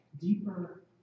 deeper